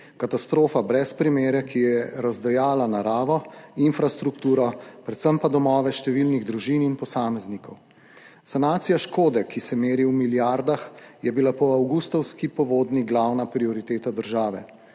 katastrofa brez primere, ki je razdejala naravo, infrastrukturo, predvsem pa domove številnih družin in posameznikov. Sanacija škode, ki se meri v milijardah, je bila po avgustovski povodnji glavna prioriteta države.